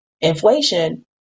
inflation